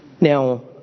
Now